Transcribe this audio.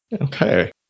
Okay